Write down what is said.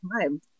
time